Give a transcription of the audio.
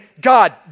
God